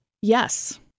Yes